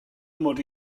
mod